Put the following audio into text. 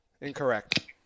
Incorrect